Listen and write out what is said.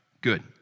Good